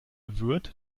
wirt